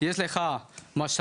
יש לך משאבים,